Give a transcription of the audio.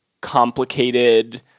complicated